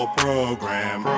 program